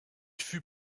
fut